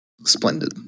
Splendid